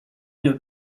une